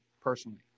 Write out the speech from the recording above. personally